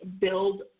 build